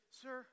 sir